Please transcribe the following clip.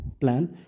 plan